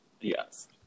Yes